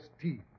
teeth